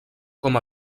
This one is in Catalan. com